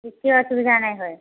କିଛି ଅସୁବିଧା ନାଇଁ ହଏ